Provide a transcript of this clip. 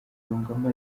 yungamo